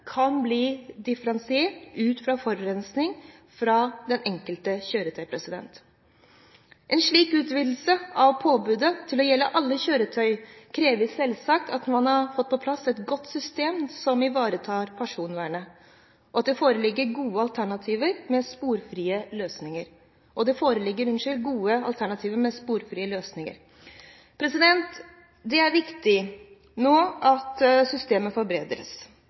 kan bli differensiert ut fra forurensing fra det enkelte kjøretøy. En slik utvidelse av påbudet til å gjelde alle kjøretøy krever selvsagt at man har fått på plass et godt system som ivaretar personvernet, og at det foreligger gode alternativer med sporfrie løsninger. Det viktige nå er at systemet forbedres. Det